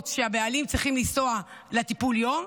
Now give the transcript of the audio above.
שהבעלים צריכים לנסוע בהן לטיפול יום,